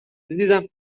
میدیدم